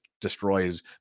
destroys